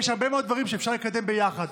יש הרבה מאוד דברים שאפשר לקדם ביחד.